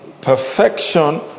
perfection